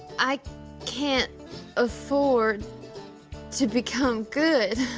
i can't afford to become good.